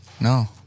No